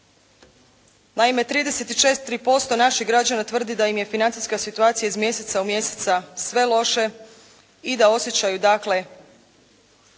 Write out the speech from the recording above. Naime 34% naših građana tvrdi da im je financijska situacija iz mjeseca u mjesec sve loše i da osjećaju dakle